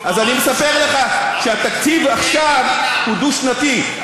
אז אני מספר לך שהתקציב עכשיו הוא דו-שנתי.